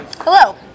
Hello